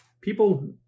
People